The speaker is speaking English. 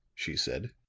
she said.